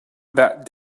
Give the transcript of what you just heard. that